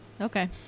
Okay